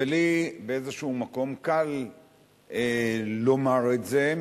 ולי באיזשהו מקום קל לומר את זה,